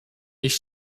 ich